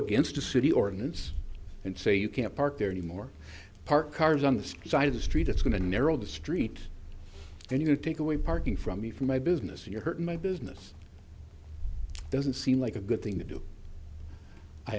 against a city ordinance and say you can't park there anymore parked cars on the side of the street it's going to narrow the street then you take away parking from me from my business you're hurting my business doesn't seem like a good thing to do